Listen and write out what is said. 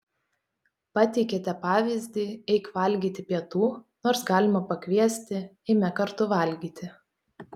pateikiate pavyzdį eik valgyti pietų nors galima pakviesti eime kartu valgyti